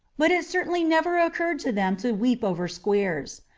but it certainly never occurred to them to weep over squeers.